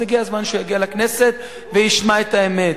אז הגיע הזמן שהוא יגיע לכנסת וישמע את האמת.